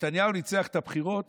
נתניהו ניצח בבחירות